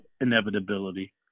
inevitability